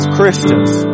Christians